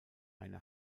eine